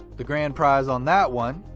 the grand prize on that one?